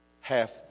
half